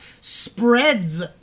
spreads